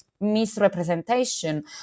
misrepresentation